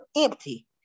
empty